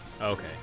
Okay